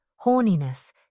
horniness